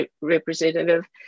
representative